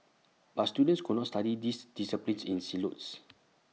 but students could not study these disciplines in silos